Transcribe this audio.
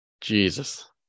Jesus